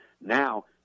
Now